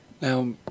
now